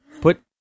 Put